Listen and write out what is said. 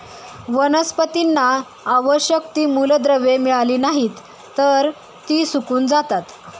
वनस्पतींना आवश्यक ती मूलद्रव्ये मिळाली नाहीत, तर ती सुकून जातात